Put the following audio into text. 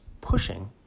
pushing